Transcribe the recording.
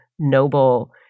noble